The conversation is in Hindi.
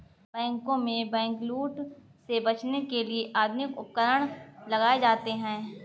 बैंकों में बैंकलूट से बचने के लिए आधुनिक उपकरण लगाए जाते हैं